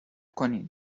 کنین